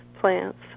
plants